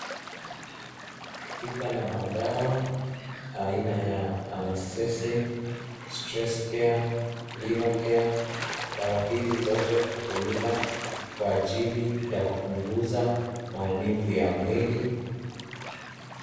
Duka la madawa aina ya anaesthesisn, stress care liver care . Dawa hizi zote hutumika kwa ajili ya kupunguza maumivu ya mwili.